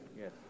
Yes